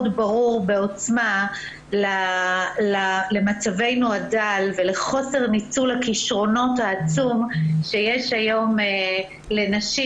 ברור בעוצמה למצבנו הדל ולחוסר ניצול הכישרונות העצום שיש היום לנשים.